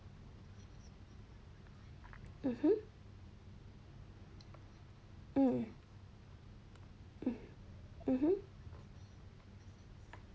mmhmm mm mmhmm